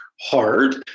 hard